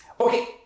okay